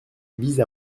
vise